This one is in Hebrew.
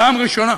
פעם ראשונה.